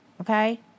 Okay